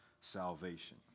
salvation